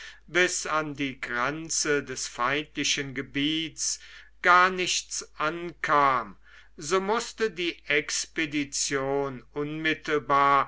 bis an die grenze des feindlichen gebiets gar nichts ankam so mußte die expedition unmittelbar